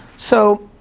so,